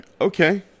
okay